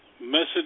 message